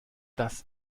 das